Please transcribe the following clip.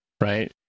right